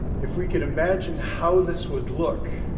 if we could imagine how this would look,